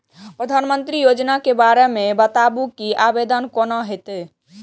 प्रधानमंत्री योजना के बारे मे बताबु की आवेदन कोना हेतै?